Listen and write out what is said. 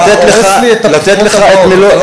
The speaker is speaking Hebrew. לתת לך את מלוא הקרדיט.